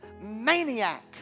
maniac